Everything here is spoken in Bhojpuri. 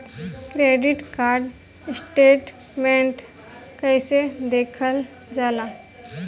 क्रेडिट कार्ड स्टेटमेंट कइसे देखल जाला?